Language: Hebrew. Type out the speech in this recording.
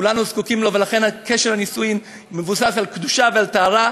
ולכן קשר הנישואין מבוסס על קדושה ועל טהרה.